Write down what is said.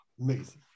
amazing